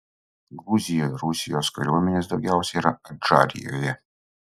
gruzijoje rusijos kariuomenės daugiausiai yra adžarijoje